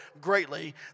greatly